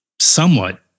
somewhat